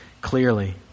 clearly